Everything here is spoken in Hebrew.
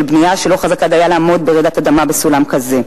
של בנייה שאינה חזקה דיה לעמוד ברעידות אדמה בעוצמה כזאת,